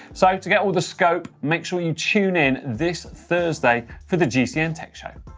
so to get all the scope, make sure you tune in this thursday for the gcn tech show.